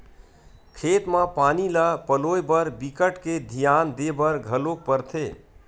खेत म पानी ल पलोए बर बिकट के धियान देबर घलोक परथे